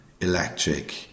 electric